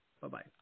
Bye-bye